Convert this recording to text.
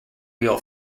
real